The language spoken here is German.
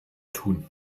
tun